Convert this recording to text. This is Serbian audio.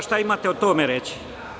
Šta imate o tome reći?